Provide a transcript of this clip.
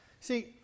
See